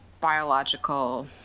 biological